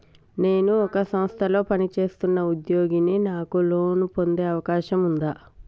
నేను ఒక సంస్థలో పనిచేస్తున్న ఉద్యోగిని నాకు లోను పొందే అవకాశం ఉందా?